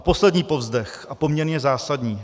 Poslední povzdech a poměrně zásadní.